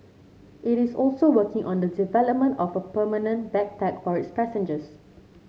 it is also working on the development of a permanent bag tag for its passengers